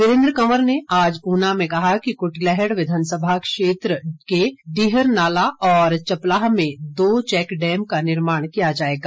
वीरेन्द्र कंवर ने आज ऊना में कहा कि कृटलैहड विधानसभा क्षेत्र डीहर नाला और चपलाह में दो चैक डैम का निर्माण किया जाएगा